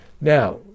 Now